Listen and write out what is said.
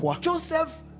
Joseph